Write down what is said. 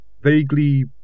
Vaguely